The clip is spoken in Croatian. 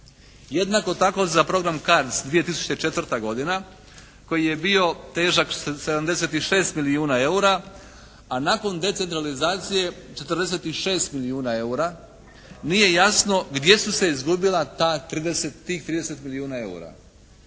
Jednako tako za program «CARDS» 2004. godina koji je bio težak 76 milijuna EUR-a a nakon decentralizacije 46 milijuna EUR-a nije jasno gdje su se izgubila ta, tih 30 milijuna EUR-a?